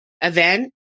event